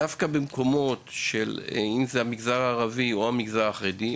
דווקא במגזר החרדי או במגזר הערבי,